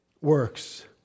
works